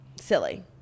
silly